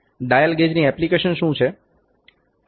dial ગેજની application શું છે